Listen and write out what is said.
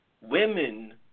Women